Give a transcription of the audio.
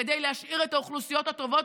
כדי להשאיר את האוכלוסיות הטובות,